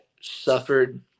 suffered –